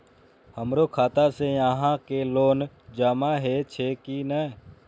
हमरो खाता से यहां के लोन जमा हे छे की ने?